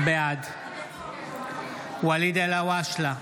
בעד ואליד אלהואשלה,